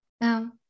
No